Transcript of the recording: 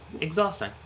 exhausting